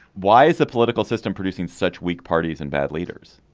why is the political system producing such weak parties and bad leaders.